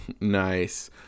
Nice